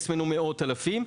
מאות אלפים,